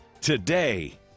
today